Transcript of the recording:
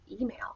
email